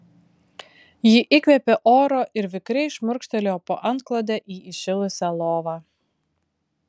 ji įkvėpė oro ir vikriai šmurkštelėjo po antklode į įšilusią lovą